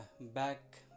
back